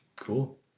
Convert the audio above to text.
Cool